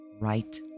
right